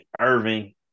Irving